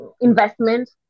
Investment